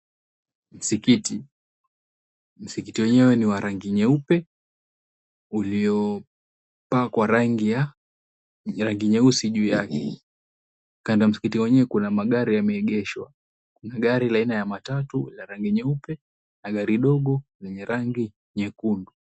Mskiti, mskiti wenyewe ni wa rangi nyeupe, uliopakwa rangi ya rangi nyeusi juu yake. Kando ya mskiti wenyewe kuna magari yameegeshwa, kuna gari aina ya matatu la rangi nyeupe na gari dogo lenye rangi nyekundu.